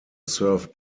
served